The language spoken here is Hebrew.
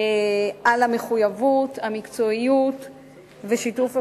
על המחויבות, המקצועיות ושיתוף הפעולה.